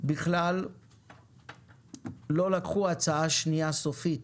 בכלל לא לקחו הצעה שניה סופית